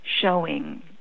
showing